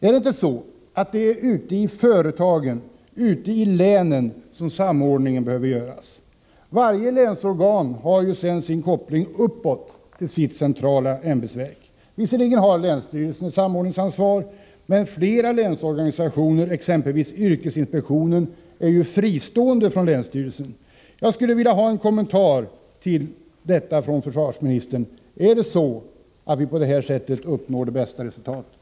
Är det inte ute i företagen, ute i länen som samordningen bör ske? Varje länsorgan har ju sedan sin koppling uppåt till sitt centrala ämbetsverk. Visserligen har länsstyrelsen samordningsansvar, men flera länsorganisationer, exempelvis yrkesinspektionen, är ju fristående från länsstyrelsen. Jag skulle vilja få en kommentar från försvarsministern till frågan: Är det så att vi genom ett nytt ämbetsverk uppnår det bästa resultatet?